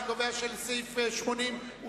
סעיף 80, לשנת 2009, נתקבל.